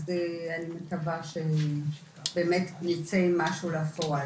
אני מקווה שבאמת ייצא משהו לפועל.